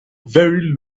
very